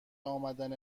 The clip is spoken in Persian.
امدن